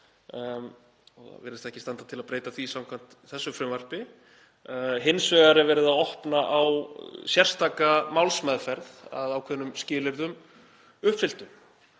og virðist ekki standa til að breyta því samkvæmt þessu frumvarpi. Hins vegar er verið að opna á sérstaka málsmeðferð að ákveðnum skilyrðum uppfylltum